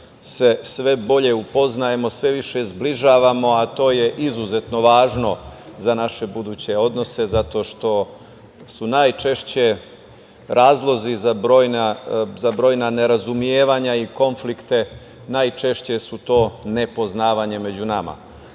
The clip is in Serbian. se sve bolje upoznajemo, sve više zbližavamo, a to je izuzetno važno za naše buduće odnose zato što su najčešće razlozi za brojna nerazumevanja i konflikte, najčešće su to nepoznavanje među nama.